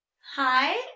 Hi